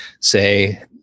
say